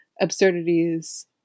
absurdities